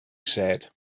said